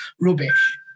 rubbish